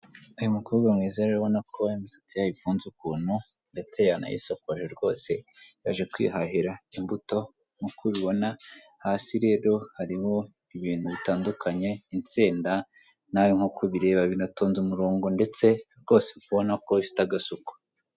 Uyu mukobwa mwiza rero ubona ko imisatsi ifunze ukuntu ndetse yanayisokoje rwose, yaje kwihahira imbuto nkuko ubibona hasi rero hariho ibintu bitandukanye, insenda nawe nk'uko ubireba binatonze umurongo ndetse rwose uri kubona ko bifite agasuku.